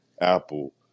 Apple